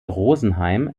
rosenheim